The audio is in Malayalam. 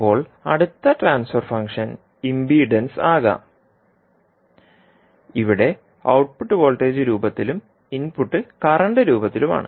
ഇപ്പോൾ അടുത്ത ട്രാൻസ്ഫർ ഫംഗ്ഷൻ ഇംപെഡൻസ് ആകാം ഇവിടെ ഔട്ട്പുട്ട് വോൾട്ടേജ് രൂപത്തിലും ഇൻപുട്ട് കറന്റ് രൂപത്തിലുമാണ്